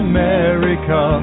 America